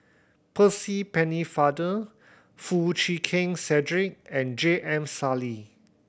Percy Pennefather Foo Chee Keng Cedric and J M Sali